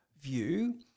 view